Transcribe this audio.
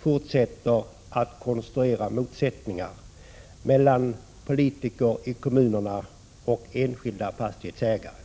forsätter att konstruera motsättningar mellan politiker i kommunerna och enskilda fastighetsägare.